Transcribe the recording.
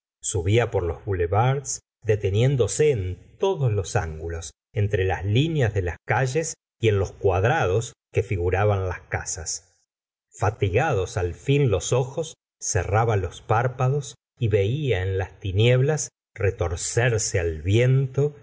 subía por los boulevards deteniéndose en todos los ángulos entre las lineas de las calles y en los cuadrados que figuraban las casas fatigados al fin los ojos cerraba los párpados y veía en las tinieblas retorcerse al viento